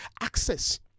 access